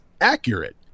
accurate